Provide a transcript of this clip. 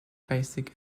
basic